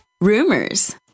rumors